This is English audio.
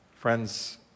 Friends